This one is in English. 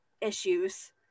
issues